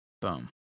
Boom